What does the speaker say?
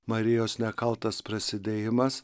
marijos nekaltas prasidėjimas